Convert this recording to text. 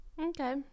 Okay